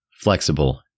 flexible